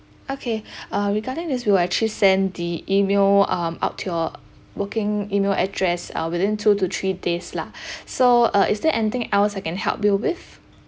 okay uh regarding this we'll actually send the email um out to your working email address uh within two to three days lah so uh is there anything else I can help you with